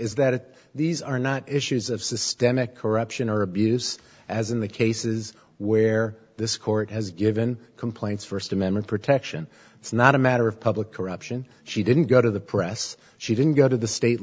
is that these are not issues of systemic corruption or abuse as in the cases where this court has given complaints first amendment protection it's not a matter of public corruption she didn't go to the press she didn't go to the state